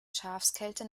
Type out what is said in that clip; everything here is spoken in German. schafskälte